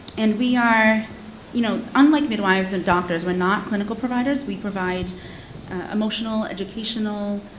and we are you know unlike midwives and doctors, we're not clinical providers. we provide emotional, educational,